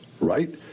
right